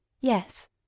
Yes